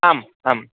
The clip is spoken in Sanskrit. आम् आम्